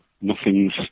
nothing's